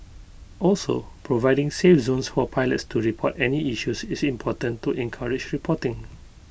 also providing safe zones for pilots to report any issues is important to encourage reporting